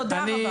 תודה רבה.